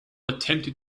attempted